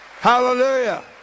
Hallelujah